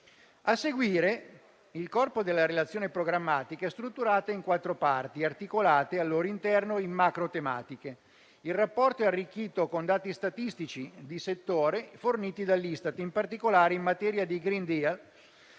A seguire, il corpo della relazione programmatica è strutturato in quattro parti, articolate al loro interno in macrotematiche. Il rapporto è arricchito con dati statistici di settore forniti dall'Istat, in particolare in materia di *green deal*,